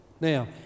Now